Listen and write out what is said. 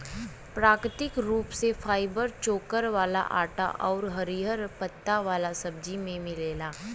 प्राकृतिक रूप से फाइबर चोकर वाला आटा आउर हरिहर पत्ता वाला सब्जी में मिलेला